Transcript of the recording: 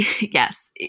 Yes